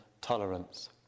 tolerance